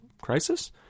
crisis